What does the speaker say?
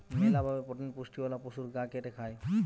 মেলা ভাবে প্রোটিন পুষ্টিওয়ালা পশুর গা কেটে খায়